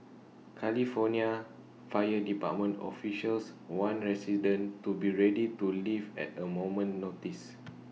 California fire department officials warned residents to be ready to leave at A moment's notice